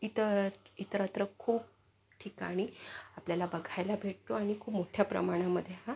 इतर इतरत्र खूप ठिकाणी आपल्याला बघायला भेटतो आनि खूप मोठ्ठ्या प्रमाणामध्ये हा